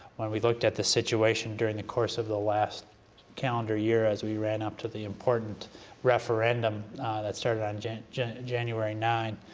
when we looked at the situation during the course of the last calendar year as we ran up to the important referendum that started on january ah january nine